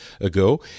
ago